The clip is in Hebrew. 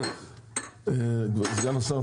סגן השר,